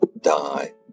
die